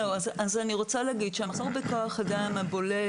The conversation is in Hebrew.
אני רוצה להגיד שהמחסור בכוח אדם הבולט